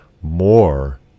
more